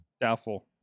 Doubtful